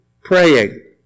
praying